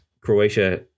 Croatia